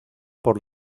por